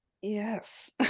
yes